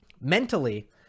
mentally